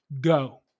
go